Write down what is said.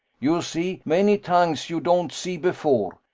you see many tangs you don't see before.